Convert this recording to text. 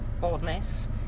boldness